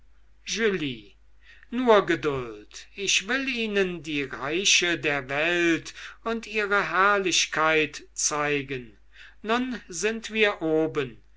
nur geduld ich will ihnen die reiche der welt und ihre herrlichkeit zeigen nun sind wir oben